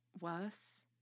Worse